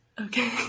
okay